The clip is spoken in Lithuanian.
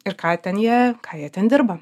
ir ką ten jie ką jie ten dirba